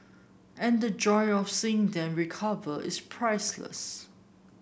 and the joy of seeing them recover is priceless